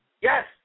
Yes